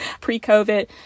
pre-COVID